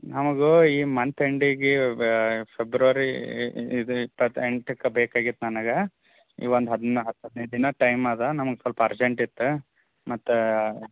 ನಮ್ಗೂ ಈ ಮಂತ್ ಎಂಡಿಗೆ ಫೆಬ್ರವರಿ ಇದು ಇಪ್ಪತ್ತು ಎಂಟಕ್ಕೆ ಬೇಕಾಗಿತ್ತು ನನಗೆ ಈ ಒಂದು ಹದ್ನಾ ಹತ್ತು ಹದಿನೈದು ದಿನ ಟೈಮ್ ಅದಾ ನಮ್ಗೆ ಸ್ವಲ್ಪ ಅರ್ಜೆಂಟ್ ಇತ್ತು ಮತ್ತು